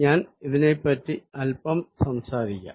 ഞാൻ ഇതിനെപ്പറ്റി അല്പം സംസാരിക്കാം